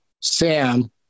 Sam